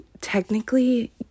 technically